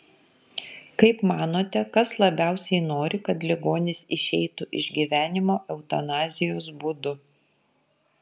kaip manote kas labiausiai nori kad ligonis išeitų iš gyvenimo eutanazijos būdu